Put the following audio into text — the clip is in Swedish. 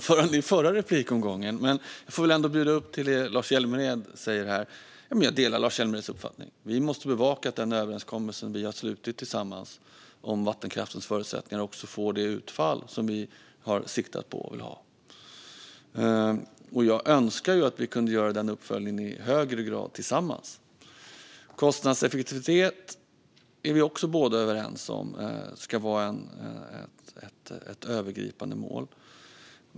Fru talman! Jag delar Lars Hjälmereds uppfattning. Vi måste bevaka att den överenskommelse vi har slutit tillsammans om vattenkraftens förutsättningar också får det utfall vi har siktat på och vill ha. Jag önskar att vi kunde göra denna uppföljning i högre grad tillsammans. Att kostnadseffektivitet ska vara ett övergripande mål är vi också överens om.